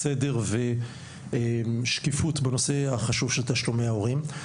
סדר ושקיפות בנושא החשוב של תשלומי ההורים.